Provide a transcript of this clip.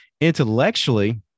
Intellectually